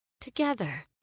together